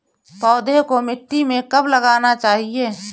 पौधें को मिट्टी में कब लगाना चाहिए?